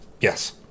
Yes